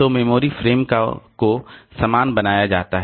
तो memory frame को समान बनाया जाता है